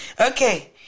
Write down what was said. Okay